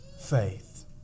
faith